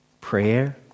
prayer